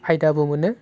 फायदाबो मोनो